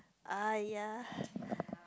aiyah